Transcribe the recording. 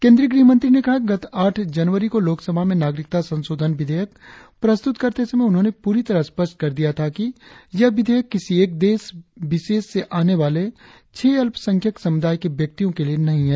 केंद्रीय गृहमंत्री ने कहा कि गत आठ जनवरी को लोकसभा में नागरिकता संशोधन विधेयक प्रस्तुत करते समय उन्होंने पूरी तरह स्पष्ट कर दिया था कि यह विधेयक किसी एक देश विशेष से आने वाले छह अल्पसंख्यक समुदाय के व्यक्तियों के लिए नही है